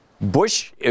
Bush